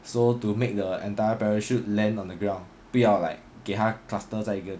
so to make the entire parachute land on the ground 不要 like 给它 cluster 在一个